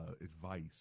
advice